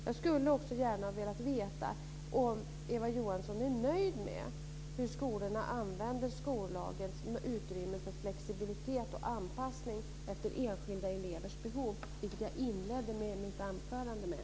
Jag skulle också gärna vilja veta om Eva Johansson är nöjd med hur skolorna använder skollagens utrymme för flexibilitet och anpassning efter enskilda elevers behov. Det var det som jag inledde mitt anförande med.